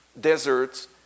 Deserts